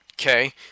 okay